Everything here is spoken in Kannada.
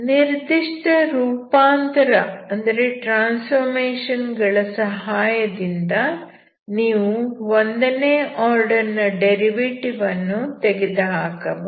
ನಿರ್ದಿಷ್ಟ ರೂಪಾಂತರ ಗಳ ಸಹಾಯದಿಂದ ನೀವು ಒಂದನೇ ಆರ್ಡರ್ ನ ಡೆರಿವೆಟಿವ್ ಅನ್ನು ತೆಗೆದುಹಾಕಬಹುದು